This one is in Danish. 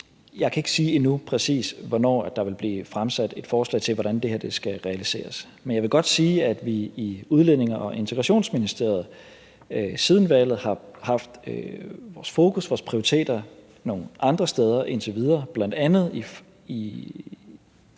Jeg kan ikke sige endnu præcis, hvornår der vil blive fremsat et forslag om, hvordan det her skal realiseres, men jeg vil godt sige, at vi i Udlændinge- og Integrationsministeriet siden valget og indtil videre har haft vores fokus og vores prioriteter nogle andre steder, bl.a. med at